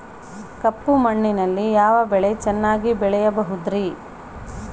ಕಪ್ಪು ಮಣ್ಣಿನಲ್ಲಿ ಯಾವ ಬೆಳೆ ಚೆನ್ನಾಗಿ ಬೆಳೆಯಬಹುದ್ರಿ?